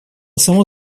само